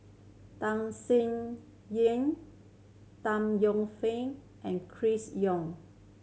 Tham Sien Yen Tan Yeo Fern and Chris Yeo